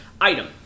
Item